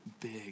big